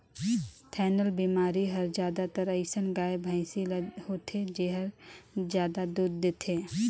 थनैल बेमारी हर जादातर अइसन गाय, भइसी ल होथे जेहर जादा दूद देथे